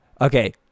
Okay